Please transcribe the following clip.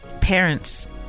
parents